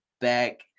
back